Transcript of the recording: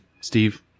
Steve